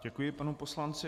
Děkuji panu poslanci.